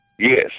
Yes